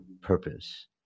purpose